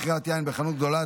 מכירת יין בחנות גדולה),